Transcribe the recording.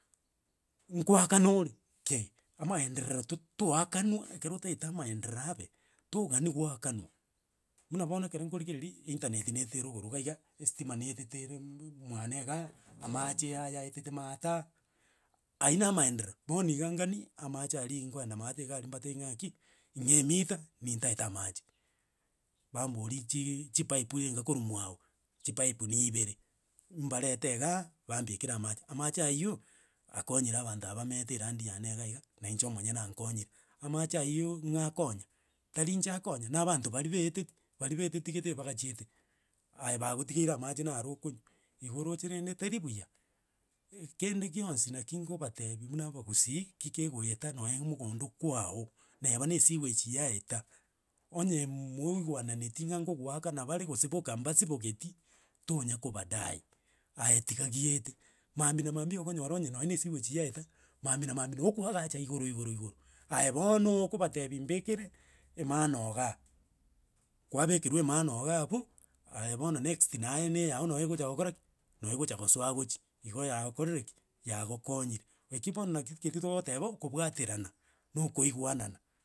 Nkwakana ore kei, amaenderero to- toakanwa, ekero otaete amaendereo abe, togani goakanwa. Buna bono ekero nkorigereri, internet naetete igoro iga iga, estima naetete ere mmmwane igaa amache ya- yaetete maate aa, aywo na maenderero, bono iga ngani, amache aria nkoenda maate iga aria mbatebi ng'a ng'aki, ng'a emita, nintaete amache, bambori chii chipaip irenga korwa mwago, chipaip ni ibere, mbarete igaa, bambekere amache, amache aywo akonyire abanto aba bamenyete erandi yane iga iga nainche omonyene ankonyire. Amache aywo ng'o akonya, tari inche akonya, na abanto bari baeteti, bari baeteti gete bagachiete, aye bagotigeire amache naro okonywa, igo oroche rende teri buya, eh kende gionsi naki ngobatebi buna abagusii, ki kegoeta nonye mogondo kwago, naeba na esiweji yaete, onye mmmoigwananeti ng'a ngogoakana bare gose boka mbasibogeti, tonya kobadai, aye tiga giete, mambia na mambia okonyora onye na esiweji yaeta, mambia na mambia no ogo okoagacha igoro igoro igoro, aye bono okobatebia mbekere emano igaa. Kwabekerwa emano iga abwo, aye bono next naye na eyao no egocha gokora ki, no egocha kosoa gochia igo yagokorire ki yagokonyire. Eki bono naki keri togoteba, okobwaterana na okoigwanana.